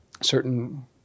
certain